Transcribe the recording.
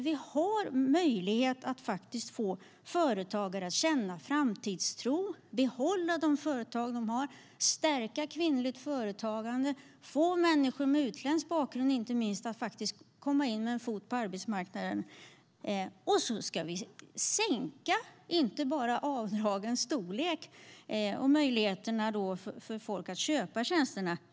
Vi har möjlighet att få företagare att känna framtidstro och behålla de företag de har. Vi har möjlighet att stärka kvinnligt företagande och få människor inte minst med utländsk bakgrund att komma in med en fot på arbetsmarknaden. Ska vi då sänka avdragens storlek och minska möjligheterna för folk att köpa tjänsterna?